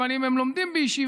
אבל אם הם לומדים בישיבה,